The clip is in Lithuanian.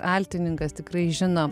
altininkas tikrai žino